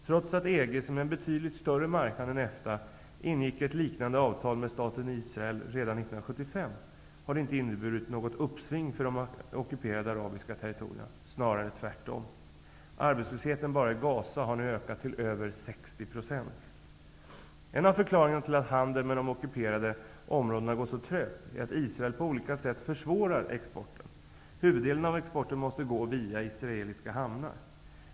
Trots att EG, som är en betydligt större marknad än EFTA, ingick ett liknande avtal med staten Israel redan 1975, har det inte inneburit något uppsving för de ockuperade arabiska territorierna, snarare tvärtom. Arbetslösheten bara i Gaza har nu ökat till över 60 %. En av förklaringarna till att handeln med de ockuperade områdena går så trögt är att Israel på olika sätt försvårar exporten. Huvuddelen av exporten måste gå via israeliska hamnar.